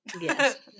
yes